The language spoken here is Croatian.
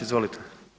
Izvolite.